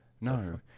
no